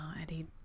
Eddie